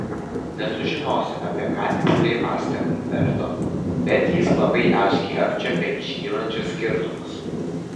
nesužinosi apie ką tiksliai mąstė umberto bet jis labai aiškiai apčiuopė iškylančius skirtumus